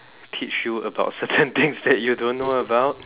teach you about certain things that you don't know about